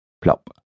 Plop